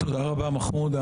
תודה רבה, מחמוד.